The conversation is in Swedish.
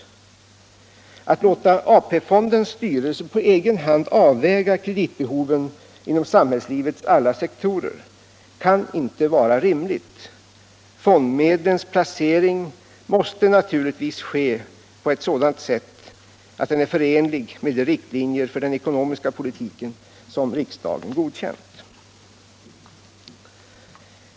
Att låta AP-fondens styrelse på egen hand avväga kreditbehoven inom samhällslivets alla sektorer kan inte vara rimligt. Fondmedlens placering måste naturligtvis ske på ett sådant sätt att den är förenlig med de riktlinjer för den ekonomiska politiken som riksdagen godkänt.